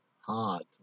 hard